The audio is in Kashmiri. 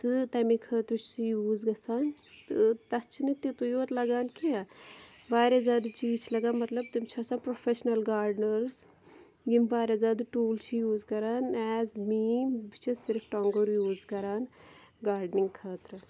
تہٕ تَمے خٲطرٕ چھِ سُہ یوٗز گَژھان تہٕ تَتھ چھِنہٕ تیُتُے یوت لَگان کیٚنٛہہ واریاہ زیادٕ چیٖز چھِ لَگان مَطلب تِم چھِ آسان پرٛوٚفٮ۪شنَل گاڈنٲرٕس یِم واریاہ زیادٕ ٹوٗل چھِ یوٗز کَران ایز مین بہٕ چھَس صِرف ٹۄگُر یوٗز کَران گاڈنِنٛگ خٲطرٕ